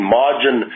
margin